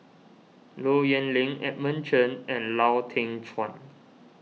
Low Yen Ling Edmund Cheng and Lau Teng Chuan